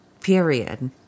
Period